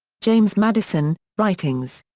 james madison, writings.